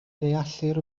deallir